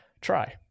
try